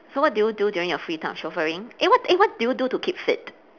so what do you do during your free time chauffeuring eh what eh what do you do to keep fit